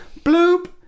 bloop